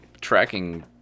tracking